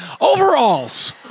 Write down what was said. Overalls